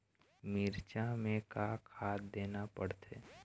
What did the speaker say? मिरचा मे का खाद देना पड़थे?